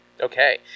Okay